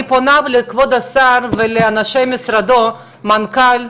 אני פונה לכבוד השר ולאנשי משרדו, המנכ"ל,